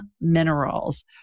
Minerals